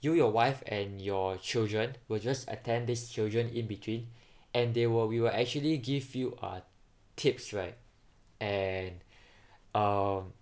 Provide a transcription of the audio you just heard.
you your wife and your children will just attend this children in between and they will we will actually give you uh tips right and um